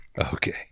Okay